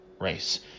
race